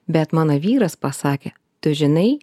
bet mano vyras pasakė tu žinai